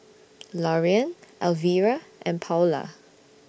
Lorean Alvira and Paola